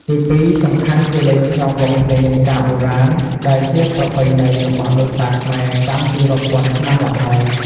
ទី២ សំខាន់គេលេងក្នុងវង់ភ្លេងការបុរាណដែលជាប្រពៃណីរបស់ដូនតាខ្មែរតាំងពីរាប់ពាន់ឆ្នាំមកហើយ។